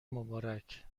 مبارک